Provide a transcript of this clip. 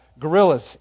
gorillas